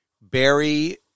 Barry